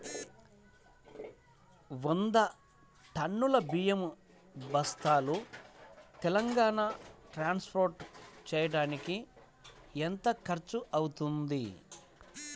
వంద టన్నులు బియ్యం బస్తాలు తెలంగాణ ట్రాస్పోర్ట్ చేయటానికి కి ఎంత ఖర్చు అవుతుంది?